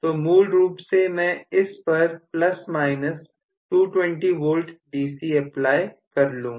तो मूल रूप से मैं इस पर plus minus 220V DC apply कर लूंगा